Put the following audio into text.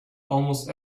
almost